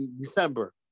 December